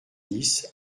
dix